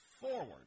forward